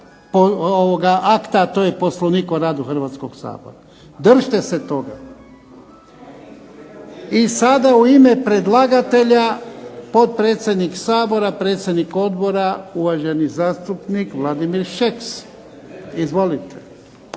akta, a to je Poslovnik o radu Hrvatskog sabora. Držite se toga. I sada u ime predlagatelja potpredsjednik Sabora, predsjednik odbora, uvaženi zastupnik Vladimir Šeks. Izvolite.